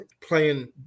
playing